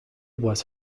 was